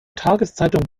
tageszeitung